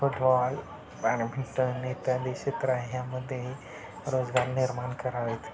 football badminton इत्यादी क्षेत्र ह्यामध्ये रोजगार निर्माण करावे